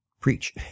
preach